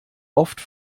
oft